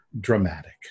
dramatic